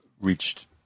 reached